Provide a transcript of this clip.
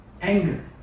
Anger